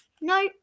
No